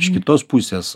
iš kitos pusės